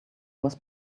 was